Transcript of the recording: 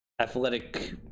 athletic